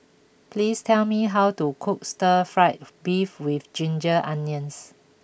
please tell me how to cook Stir Fry Beef with Ginger Onions